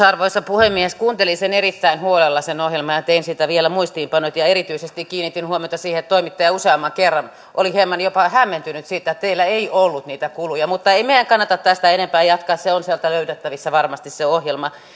arvoisa puhemies kuuntelin erittäin huolella sen ohjelman ja tein siitä vielä muistiinpanot ja erityisesti kiinnitin huomiota siihen että toimittaja useamman kerran oli hieman jopa hämmentynyt siitä että teillä ei ollut niitä kuluja mutta ei meidän kannata tästä enempää jatkaa se ohjelma on sieltä löydettävissä varmasti